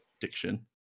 diction